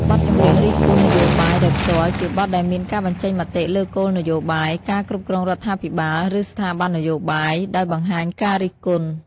បទចម្រៀងរិះគន់នយោបាយដោយផ្ទាល់ ជាបទដែលមានការបញ្ចេញមតិលើគោលនយោបាយ ការគ្រប់គ្រងរដ្ឋាភិបាល ឬស្ថាប័ននយោបាយ ដោយបង្ហាញការរិះគន់។